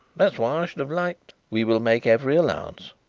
that's why i should have liked we will make every allowance,